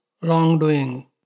wrongdoing